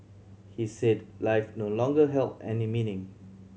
he said life no longer held any meaning